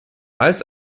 als